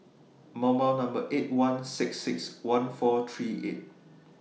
eight one six six one four three eight